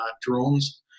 drones